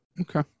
Okay